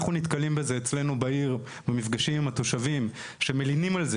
אנחנו נתקלים בזה אצלנו בעיר במפגשים עם התושבים שמלינים על כך